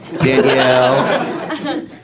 Danielle